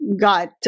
got